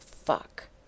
fuck